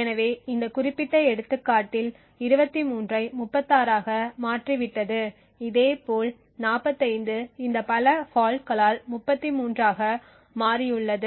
எனவே இந்த குறிப்பிட்ட எடுத்துக்காட்டில் 23 ஐ 36 ஆக மாறிவிட்டது இதேபோல் 45 இந்த பல ஃபால்ட்களால் 33 ஆக மாறியுள்ளது